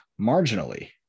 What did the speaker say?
marginally